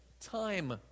time